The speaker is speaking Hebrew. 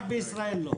רק בישראל לא.